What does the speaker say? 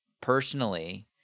personally